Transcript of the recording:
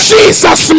Jesus